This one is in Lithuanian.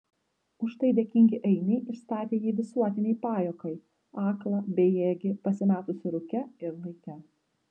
už tai dėkingi ainiai išstatė jį visuotinei pajuokai aklą bejėgį pasimetusį rūke ir laike